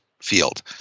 field